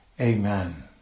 Amen